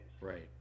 right